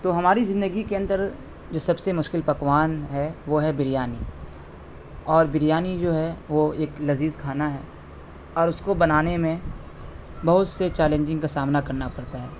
تو ہماری زندگی کے اندر جو سب سے مشکل پکوان ہے وہ ہے بریانی اور بریانی جو ہے وہ ایک لذیذ کھانا ہے اور اس کو بنانے میں بہت سے چیلنجنگ کا سامنا کرنا پڑتا ہے